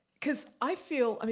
cause i feel, i mean